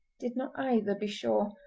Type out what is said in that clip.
did not either, be sure,